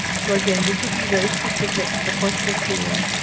so again this will be very specific, the fourth criteria,